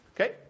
Okay